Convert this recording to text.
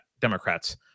Democrats